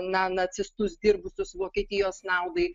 na nacistus dirbusius vokietijos naudai